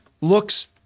looks